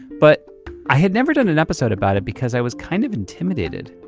but i had never done an episode about it because i was kind of intimidated.